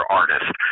artist